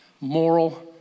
moral